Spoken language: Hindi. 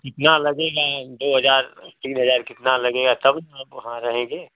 कितना लगेगा दो हजार तीन हजार कितना लगेगा तब न वहाँ रहेंगे